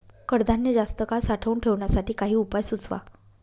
कडधान्य जास्त काळ साठवून ठेवण्यासाठी काही उपाय सुचवा?